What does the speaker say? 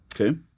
Okay